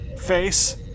Face